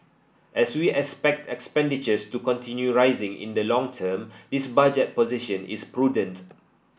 as we expect expenditures to continue rising in the long term this budget position is prudent